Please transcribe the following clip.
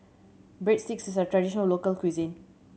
breadsticks is a traditional local cuisine